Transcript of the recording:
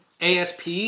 asp